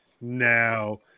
now